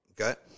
Okay